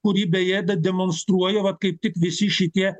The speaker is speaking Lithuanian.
kurį beje d demonstruoja va kaip tik visi šitie